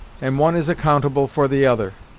and one is accountable for the other.